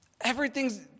Everything's